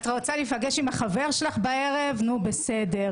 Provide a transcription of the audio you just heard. את רוצה להיפגש עם החבר שלך בערב - נו בסדר.